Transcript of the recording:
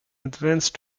advanced